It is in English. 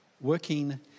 working